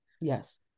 yes